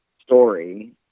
story